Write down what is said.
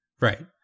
Right